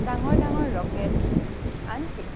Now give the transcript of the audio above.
ডাঙৰ ডাঙৰ ৰকেট আনকি